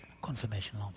confirmation